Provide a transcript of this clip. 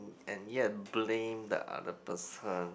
and yet blame the other person